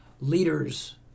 leaders